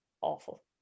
awful